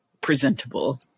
presentable